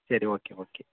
சரி okay okay